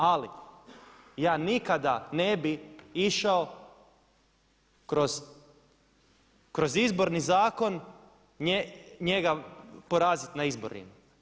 Ali ja nikada ne bi išao kroz Izborni zakon njega poraziti na izborima.